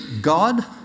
God